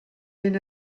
ben